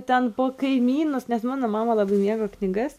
ten po kaimynus nes mano mama labai mėgo knygas